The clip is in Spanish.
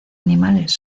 animales